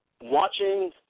watching